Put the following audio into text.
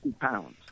pounds